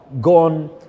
gone